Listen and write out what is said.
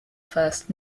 first